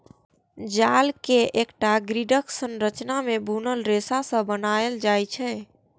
जाल कें एकटा ग्रिडक संरचना मे बुनल रेशा सं बनाएल जाइ छै